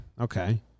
Okay